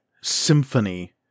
symphony